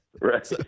Right